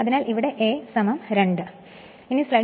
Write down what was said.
അതിനാൽ ഇവിടെ A 2